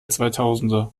zweitausender